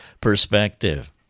perspective